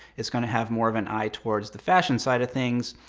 is going to have more of an eye towards the fashion side of things,